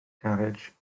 garej